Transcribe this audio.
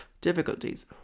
difficulties